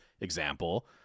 example